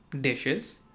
dishes